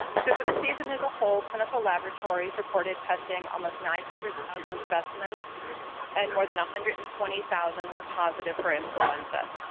so for the season as a whole clinical laboratories reported testing almost nine hundred thousand specimens and more than one hundred and twenty thousand were positive for influenza.